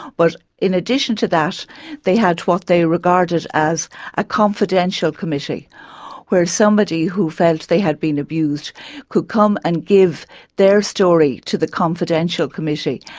but in addition to that they had what they regarded as a confidential committee where somebody who felt they had been abused could come and give their story to the confidential committee,